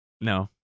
no